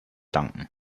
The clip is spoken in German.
danken